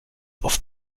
auf